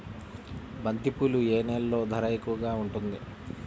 బంతిపూలు ఏ నెలలో ధర ఎక్కువగా ఉంటుంది?